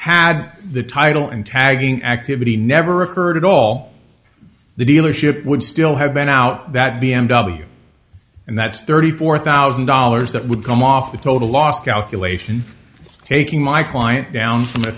had the title and tagging activity never occurred at all the dealership would still have been out that b m w and that's thirty four thousand dollars that would come off the total loss calculation taking my client down